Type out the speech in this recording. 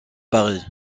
paris